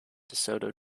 desoto